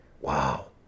Wow